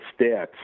stats